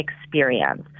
experience